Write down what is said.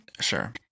Sure